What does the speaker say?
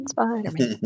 Spider-Man